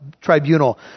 tribunal